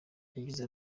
yagize